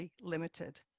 limited